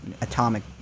atomic